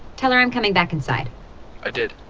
tell her i'm coming back inside i did